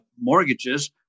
mortgages